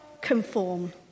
conform